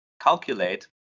calculate